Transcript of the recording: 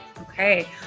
Okay